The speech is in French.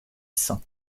sain